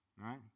right